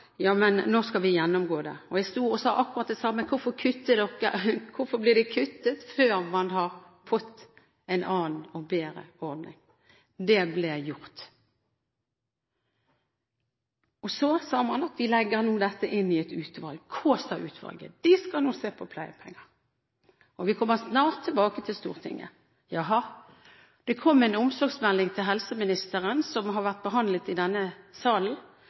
Ja, men nå skal vi gjennomgå det. Jeg sto og sa – akkurat det samme som nå: Hvorfor blir det kuttet før man har fått en annen og bedre ordning? Det ble gjort. Så sa man at man skulle legge dette inn til et utvalg – Kaasa-utvalget – som da skulle se på pleiepenger. De skulle snart komme tilbake til Stortinget. Det kom en omsorgsmelding til helseministeren som har vært behandlet i denne salen.